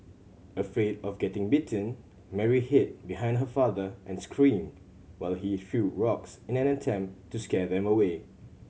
afraid of getting bitten Mary hid behind her father and screamed while he threw rocks in an attempt to scare them away